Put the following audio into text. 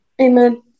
Amen